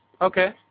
Okay